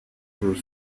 were